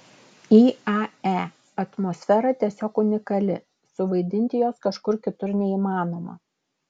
iae atmosfera tiesiog unikali suvaidinti jos kažkur kitur neįmanoma